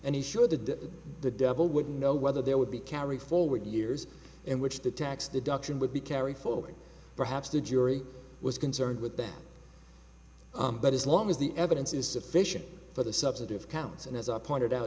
and he showed that the devil would know whether there would be carried forward years in which the tax deduction would be carried forward perhaps the jury was concerned with that but as long as the evidence is sufficient for the substantive counts and as i pointed out